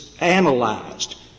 analyzed